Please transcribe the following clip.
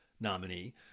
nominee